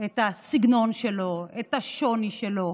את הסגנון שלו, את השוני שלו.